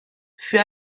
fut